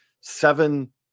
seven